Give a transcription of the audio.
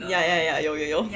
ya ya ya 有有有